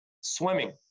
swimming